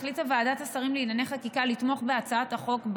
החליטה ועדת השרים לענייני חקיקה לתמוך בהצעת החוק,